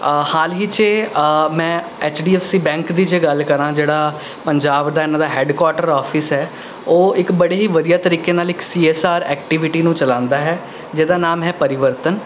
ਹਾਲ ਹੀ 'ਚ ਮੈਂ H D F C bank ਦੀ ਜੇ ਗੱਲ ਕਰਾਂ ਜਿਹੜਾ ਪੰਜਾਬ ਦਾ ਇਹਨਾਂ ਦਾ ਹੈਡਕੁਆਰਟਰ ਔਫੀਸ ਹੈ ਉਹ ਇੱਕ ਬੜੇ ਹੀ ਵਧੀਆ ਤਰੀਕੇ ਨਾਲ ਇੱਕ ਸੀ ਐਸ ਆਰ ਐਕਟੀਵਿਟੀ ਨੂੰ ਚਲਾਉਂਦਾ ਹੈ ਜਿਹਦਾ ਨਾਮ ਹੈ ਪਰਿਵਰਤਨ